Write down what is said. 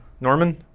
Norman